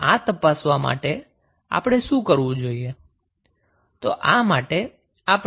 તો આ તપાસવા આપણે શું કરવું જોઈએ